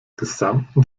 gesamten